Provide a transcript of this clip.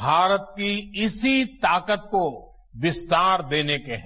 भारत की इसी ताकत को विस्तार देने के हैं